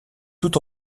tout